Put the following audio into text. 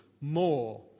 more